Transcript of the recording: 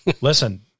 listen